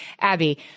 Abby